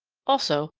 also,